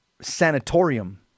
sanatorium